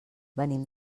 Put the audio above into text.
venim